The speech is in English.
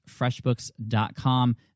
freshbooks.com